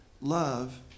love